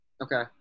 okay